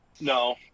No